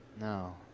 no